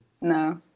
No